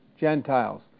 Gentiles